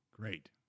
Great